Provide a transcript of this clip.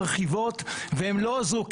כמו שדני אמר כבר היו תוכניות מרחיבות והן לא עזרו,